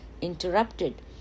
interrupted